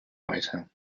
weiter